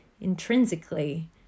intrinsically